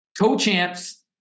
Co-champs